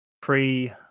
pre